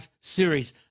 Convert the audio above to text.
series